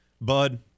Bud